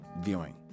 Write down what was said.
viewing